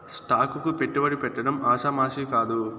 stock కు పెట్టుబడి పెట్టడం ఆషామాషీ కాదు